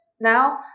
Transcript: now